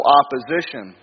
opposition